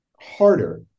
harder